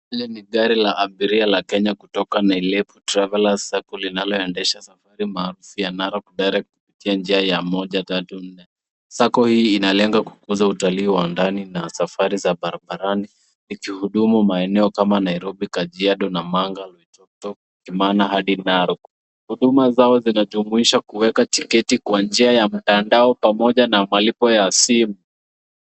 Hili ni gari la kenya kutoka Nailep travellers sacco linaloendesha safari maarufu ya Narok direct kupitia njia ya moja tatu nne. sacco hii inalenga kukuza utalii wa ndani na safari za barabarani ikihudumu maeneo kama Nairobi, kajiado, namanga, oloitoktok, kemana hadi narok. Huduma zao zinajumuisha kuweka tiketi kwa njia ya mtandao pamoja na malipo ya simu.